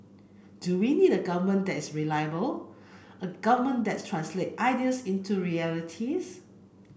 do we need a government that is reliable a government that translates ideas into realities